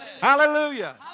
Hallelujah